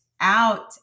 out